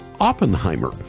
Oppenheimer